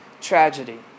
tragedy